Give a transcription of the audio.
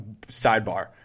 sidebar